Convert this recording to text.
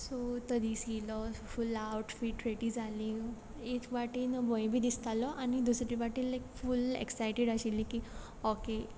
so तो this yellow full outfit ready जालीं एक वाटेन भंय बी दिसतालो आनी दुसरे वाटेन लायक फूल एक्सायटेड आशिल्ली की ओके